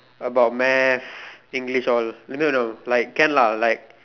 about Math English all no no like can lah like